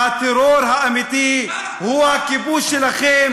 הטרור האמיתי הוא הכיבוש שלכם,